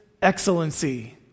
excellency